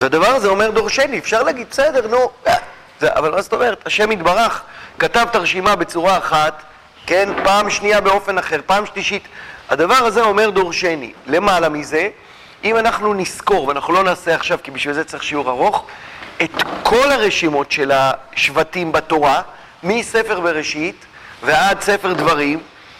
והדבר הזה אומר דורשני, אפשר להגיד, בסדר, נו, אבל מה זאת אומרת, השם יתברך כתב את הרשימה בצורה אחת, כן, פעם שנייה באופן אחר, פעם שלישית, הדבר הזה אומר דורשני, למעלה מזה, אם אנחנו נזכור, ואנחנו לא נעשה עכשיו, כי בשביל זה צריך שיעור ארוך, את כל הרשימות של השבטים בתורה, מספר בראשית, ועד ספר דברים,